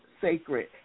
sacred